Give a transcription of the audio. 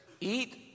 Eat